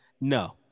no